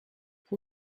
who